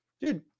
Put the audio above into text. Dude